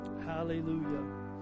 Hallelujah